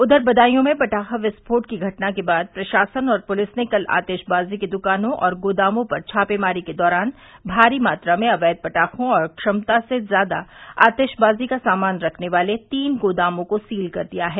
उधर बदायूं में पटाखा विस्फोट की घटना के बाद प्रशासन और पुलिस ने कल आतिशबाजी की द्वानों और गोदामों पर छापेमारी के दौरान भारी मात्रा में अवैध पटाखों और क्षमता से ज़्यादा आतिशबाज़ी का सामान रखने वाले तीन गोदामों को सील कर दिया है